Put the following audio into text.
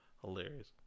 hilarious